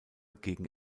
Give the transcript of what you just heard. gegen